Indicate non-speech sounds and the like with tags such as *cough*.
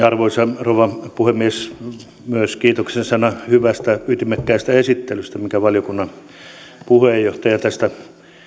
*unintelligible* arvoisa rouva puhemies kiitoksen sana myös hyvästä ytimekkäästä esittelystä minkä valiokunnan puheenjohtaja tästä